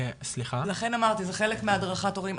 לכן אמרתי, זה חלק מהדרכת הורים.